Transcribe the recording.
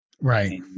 Right